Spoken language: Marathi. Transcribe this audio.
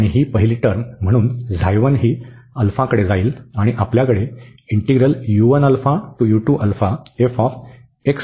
आणि ही पहिली टर्म म्हणून ही कडे जाईल आणि आपल्याकडे आहे